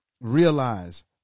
realize